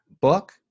book